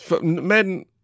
men